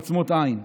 הן עוצמות עין.